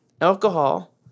Alcohol